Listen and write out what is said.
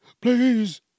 please